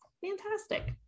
Fantastic